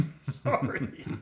sorry